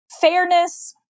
fairness